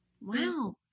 wow